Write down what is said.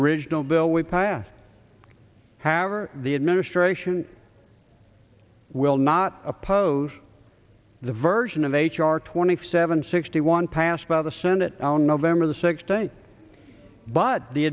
original bill we passed however the administration will not oppose the version of h r twenty seven sixty one passed by the senate on november the sixth day but the